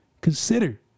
Consider